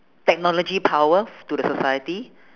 technology power to the society